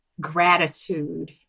gratitude